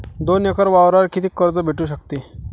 दोन एकर वावरावर कितीक कर्ज भेटू शकते?